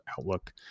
outlook